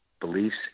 beliefs